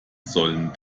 sollen